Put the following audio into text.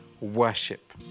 worship